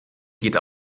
geht